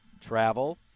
travel